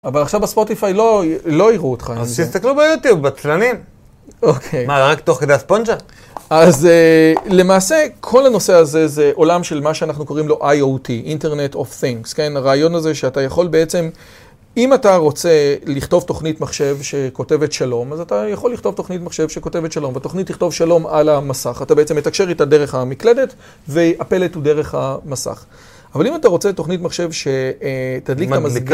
אבל עכשיו בספוטיפיי לא יראו אותך. אז שיסתכלו ביוטיוב, בטלנים. אוקיי. מה, רק תוך כדי הספונג'ה? אז למעשה כל הנושא הזה, זה עולם של מה שאנחנו קוראים לו IOT, אינטרנט אוף ת'ינגס, כן? הרעיון הזה שאתה יכול בעצם... אם אתה רוצה לכתוב תוכנית מחשב שכותבת "שלום", אז אתה יכול לכתוב תוכנית מחשב שכותבת "שלום", והתוכנית תכתוב "שלום" על המסך. אתה בעצם מתקשר איתה דרך המקלדת, והפלט הוא דרך המסך. אבל אם אתה רוצה תוכנית מחשב שתדליק תמזגן